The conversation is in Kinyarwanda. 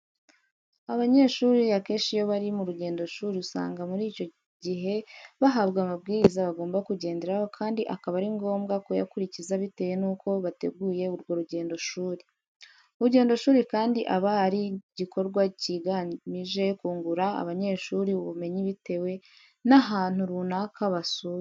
Abanyeshuri akenci iyo bari mu rujyendoshuri usanga muri icyo jyihe bahabwa amabwiriza bagomba kujyenderaho kandi akaba ari ngombwa kuyakuricyiza bitewe nuko bateguye urwo rujyendoshuri. Urujyendoshuri kandi aba ari ijyikorwa cyigamije kungura abanyeshuri ubumenyi bitewe n'ahantu runaka basuye .